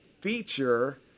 feature